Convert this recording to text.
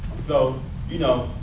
so you know,